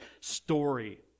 story